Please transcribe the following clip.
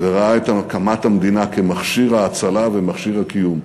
וראה את הקמת המדינה כמכשיר האצלה ומכשיר הקיום.